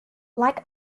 like